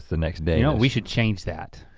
the next day you know, we should change that.